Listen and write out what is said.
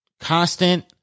constant